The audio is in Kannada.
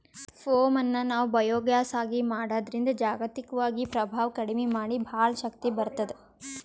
ಪೋಮ್ ಅನ್ನ್ ನಾವ್ ಬಯೋಗ್ಯಾಸ್ ಆಗಿ ಮಾಡದ್ರಿನ್ದ್ ಜಾಗತಿಕ್ವಾಗಿ ಪ್ರಭಾವ್ ಕಡಿಮಿ ಮಾಡಿ ಭಾಳ್ ಶಕ್ತಿ ಬರ್ತ್ತದ